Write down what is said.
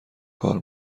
کار